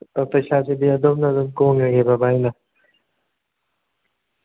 ꯑꯣ ꯄꯩꯁꯥꯁꯤꯗꯤ ꯑꯗꯣꯝꯅ ꯑꯗꯨꯝ ꯀꯣꯡꯉꯒꯦꯕ ꯕꯥꯏꯅ